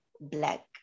black